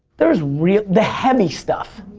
there's really, the heavy stuff.